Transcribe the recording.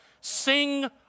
Sing